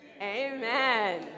Amen